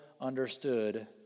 understood